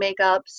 makeups